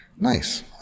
Nice